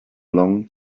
long